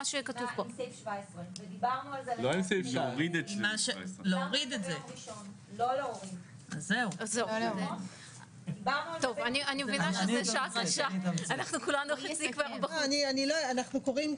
לא להוריד את סעיף 17. אנחנו קוראים,